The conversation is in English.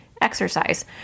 exercise